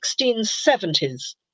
1670s